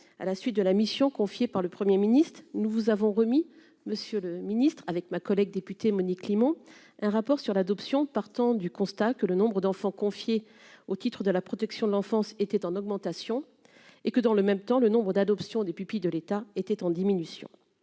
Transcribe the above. à la suite de la mission confiée par le 1er ministre nous vous avons remis monsieur le ministre, avec ma collègue députée Monique Limon, un rapport sur l'adoption, partant du constat que le nombre d'enfants confiés au titre de la protection de l'enfance étaient en augmentation et que dans le même temps, le nombre d'adoptions des pupilles de l'État était en diminution,